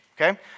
okay